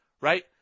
right